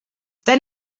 then